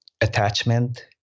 attachment